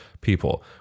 people